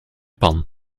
pan